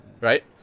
Right